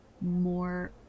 more